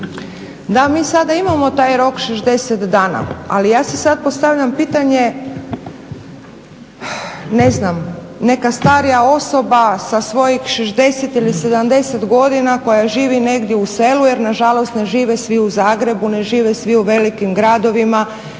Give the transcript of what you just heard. Da, mi sada imamo taj rok 60 dana ali ja si sad postavljam pitanje ne znam neka starija osoba sa svojih 60 ili 70 godina koja živi negdje u selu jer nažalost ne žive svi u Zagrebu, ne žive svi u velikim gradovima.